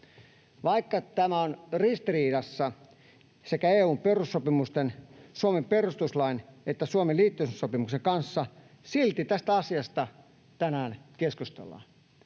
Vaikka tämä on ristiriidassa sekä EU:n perussopimusten, Suomen perustuslain että Suomen liittymissopimuksen kanssa, silti tästä asiasta tänään keskustellaan.